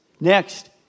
Next